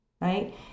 Right